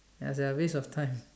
ya it's a waste of time